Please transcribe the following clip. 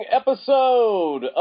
episode